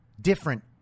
different